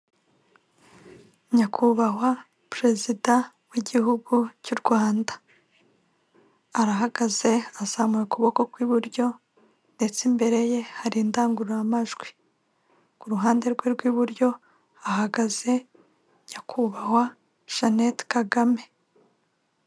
Nyakubahwa Perezida w'igihugu cy'u Rwanda arahagaze azamuye ukuboko kw'iburyo ndetse imbere ye hari indangururamajwi. Ku ruhande rwe rw'iburyo hahagaze nyakubahwa Jeanette Kagame.